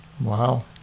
Wow